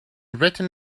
written